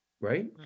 Right